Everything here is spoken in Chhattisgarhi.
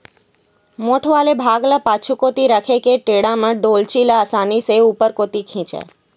मोठ वाले भाग ल पाछू कोती रखे के टेंड़ा म डोल्ची ल असानी ले ऊपर कोती खिंचय